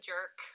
Jerk